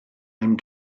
allem